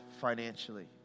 financially